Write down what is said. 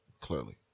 Clearly